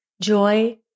joy